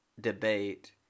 debate